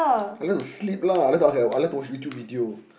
I like to sleep lah I like to okay I like to watch YouTube video